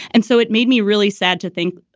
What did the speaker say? and so it made me really sad to think,